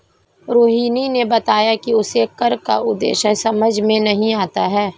रोहिणी ने बताया कि उसे कर का उद्देश्य समझ में नहीं आता है